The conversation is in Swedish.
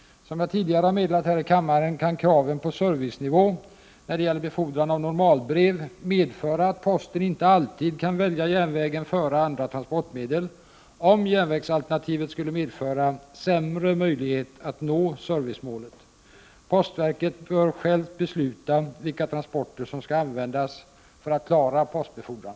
Som jag tidigare har meddelat här i kammaren kan kraven på servicenivå när det gäller befordran av normalbrev medföra att posten inte alltid kan välja järnvägen före andra transportmedel, om järnvägsalternativet skulle medföra sämre möjlighet att nå servicemålet. Postverket bör självt besluta vilka transporter som skall användas för att klara postbefordran.